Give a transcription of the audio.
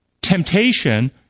temptation